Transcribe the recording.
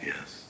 Yes